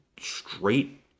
straight